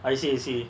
I see I see